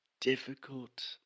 difficult